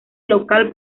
local